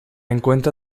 encuentra